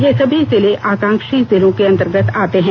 ये सभी जिले आकांक्षी जिलों के अंतर्गत आते हैं